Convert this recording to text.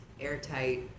airtight